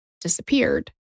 disappeared